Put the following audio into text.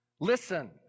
Listen